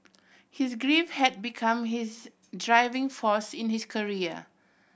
his grief had become his driving force in his career